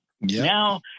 Now